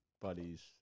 buddies